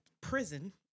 prison